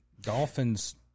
dolphins